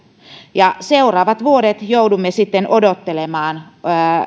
seuraavat vuodet joudumme sitten odottelemaan